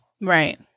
right